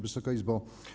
Wysoka Izbo!